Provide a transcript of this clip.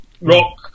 rock